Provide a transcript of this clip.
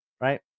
right